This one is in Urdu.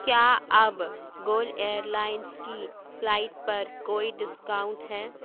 کیا اب گول ایئر لائنس کی فلائٹ پر کوئی ڈسکاؤنٹ ہے